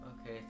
Okay